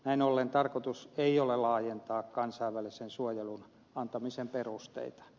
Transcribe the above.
näin ollen tarkoitus ei ole laajentaa kansainvälisen suojelun antamisen perusteita